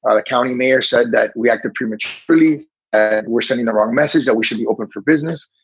ah the county mayor said that we acted prematurely and we're sending the wrong message that we should be open for business.